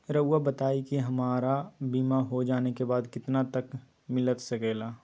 रहुआ बताइए कि हमारा बीमा हो जाने के बाद कितना तक मिलता सके ला?